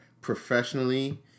professionally